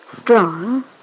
Strong